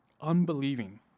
Unbelieving